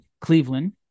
Cleveland